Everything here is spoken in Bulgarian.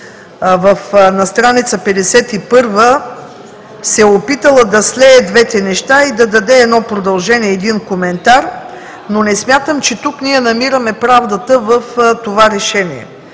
на страница 51 се е опитала да слее двете неща и да даде едно продължение, един коментар, но не смятам, че ние намираме правдата в това решение.